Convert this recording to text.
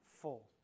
full